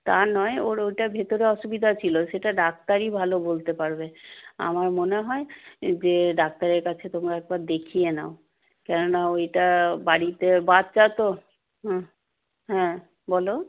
তা নয় ওর ওইটা ভেতরে অসুবিধা ছিল সেটা ডাক্তারই ভালো বলতে পারবে আমার মনে হয় যে ডাক্তারের কাছে তোমরা একবার দেখিয়ে নাও কেননা ওইটা বাড়িতে বাচ্চা তো হুম হ্যাঁ বলো